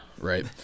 right